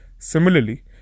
Similarly